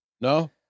No